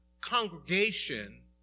congregation